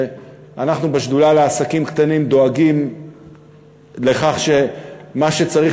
אנחנו בשדולה לעסקים קטנים דואגים לכך שמה שצריך